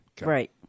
Right